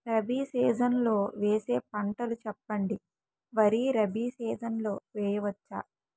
Rabi season లో వేసే పంటలు చెప్పండి? వరి రబీ సీజన్ లో వేయ వచ్చా?